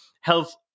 health